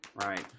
right